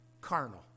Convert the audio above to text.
carnal